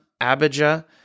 Abijah